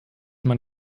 man